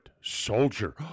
soldier